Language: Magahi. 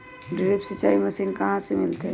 ड्रिप सिंचाई मशीन कहाँ से मिलतै?